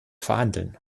verhandeln